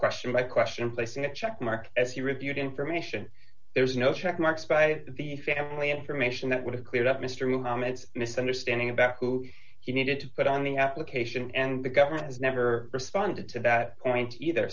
question by question placing a check mark as he reviewed information there's no checkmarks by the family information that would have cleared up mr muhammad's misunderstanding about who he needed to put on the application and the government has never and to that point either